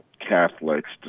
Catholics